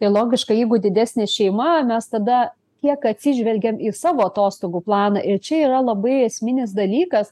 tai logiška jeigu didesnė šeima mes tada kiek atsižvelgianm į savo atostogų planą ir čia yra labai esminis dalykas